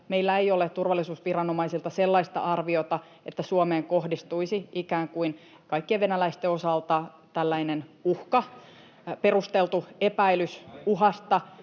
meillä ei ole turvallisuusviranomaisilta sellaista arviota, että Suomeen kohdistuisi ikään kuin kaikkien venäläisten osalta tällainen uhka, perusteltu epäilys uhasta.